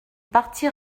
parti